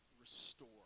restore